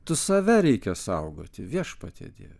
tu save reikia saugoti viešpatie dieve